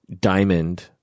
diamond